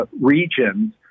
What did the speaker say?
regions